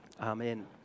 Amen